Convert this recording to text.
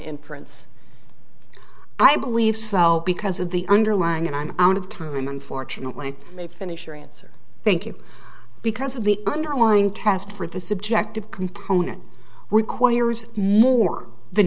inference i believe so because of the underlying and i'm out of time unfortunately may finish your answer thank you because of the underlying test for the subjective component requires more th